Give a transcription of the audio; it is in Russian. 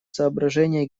соображения